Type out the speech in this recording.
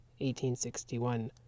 1861